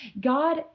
God